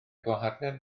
gwaharddiad